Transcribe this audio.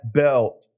belt